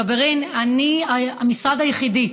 ג'בארין, אני המשרד היחידי